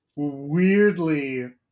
weirdly